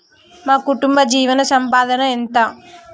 మా కుటుంబ జీవన సంపాదన ఎంత?